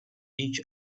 each